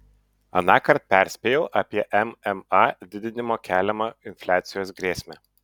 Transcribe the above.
anąkart perspėjau apie mma didinimo keliamą infliacijos grėsmę